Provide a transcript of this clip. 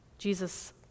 Jesus